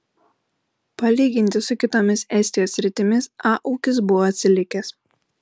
palyginti su kitomis estijos sritimis a ūkis buvo atsilikęs